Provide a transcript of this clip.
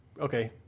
Okay